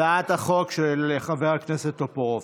להצעת החוק של חבר הכנסת טופורובסקי.